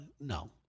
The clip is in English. no